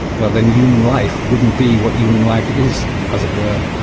well then, human life wouldn't be what human life is, as it were.